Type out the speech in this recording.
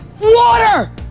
Water